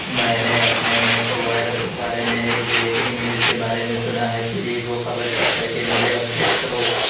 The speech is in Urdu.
میں نے اپنے نئے پرووائڈر کے بارے میں ایک بریکنگ نیوز کے بارے میں سنا ہے پلیز وہ خبر چیک کر کے مجھے اپ ڈیٹ کرو